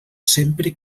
sempre